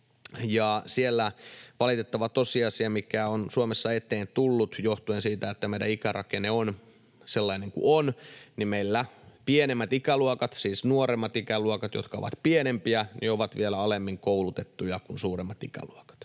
Siellä valitettava tosiasia, mikä on Suomessa eteen tullut johtuen siitä, että meidän ikärakenne on sellainen kuin on, on se, että meillä pienemmät ikäluokat, siis nuoremmat ikäluokat, jotka ovat pienempiä, ovat vielä alemmin koulutettuja kuin suuremmat ikäluokat.